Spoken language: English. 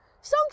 Songs